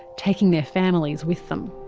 taking their families with them.